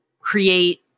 create